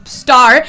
star